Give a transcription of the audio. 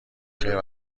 خیر